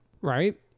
Right